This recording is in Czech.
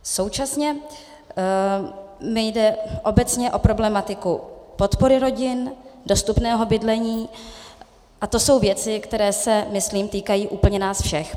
Současně mi jde obecně o problematiku podpory rodin, dostupného bydlení a to jsou věci, které se, myslím, týkají úplně nás všech.